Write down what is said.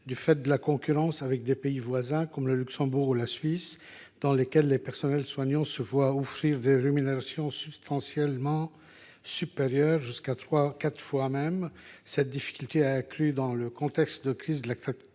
du fait de la concurrence avec des pays comme le Luxembourg ou la Suisse : le personnel soignant s’y voit offrir des rémunérations substantiellement supérieures – jusqu’à trois à quatre fois plus élevées ! Cette difficulté est accrue dans le contexte de crise de